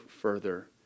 further